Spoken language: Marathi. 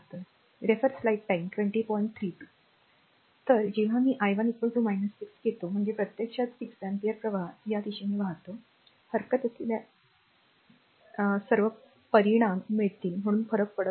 तर जेव्हा मी i 1 6 घेतो म्हणजे प्रत्यक्षात 6 अँपिअर प्रवाह या दिशेने वाहतो हरकत असलेल्या चिंतेला सर्व परिणाम मिळतील म्हणून फरक पडत नाही